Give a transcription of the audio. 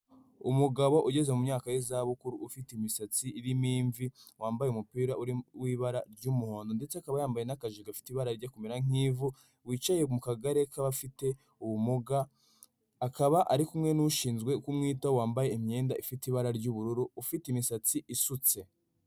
Umugabo ugeze mu myaka y'izabukuru ufite imisatsi irimo imvi, wambaye umupira w'ibara ry'umuhondo ndetse akaba yambaye n'akajiri gafite ibara rijya kumera nk'ivu, wicaye mu kagare k'abafite ubumuga akaba ari kumwe n'ushinzwe kumwitaho wambaye imyenda ifite ibara ry'ubururu ufite imisatsi isutse.